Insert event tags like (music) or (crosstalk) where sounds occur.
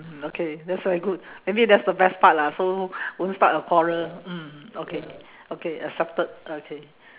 mm okay that's why good maybe that's the best part lah so (breath) won't start a quarrel mm okay okay accepted okay